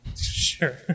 sure